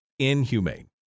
inhumane